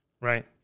Right